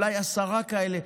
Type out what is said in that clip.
אולי עשרה כאלה,